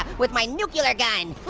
with my nuclear gun.